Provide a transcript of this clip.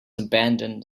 abandoned